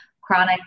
chronic